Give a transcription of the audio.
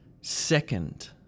Second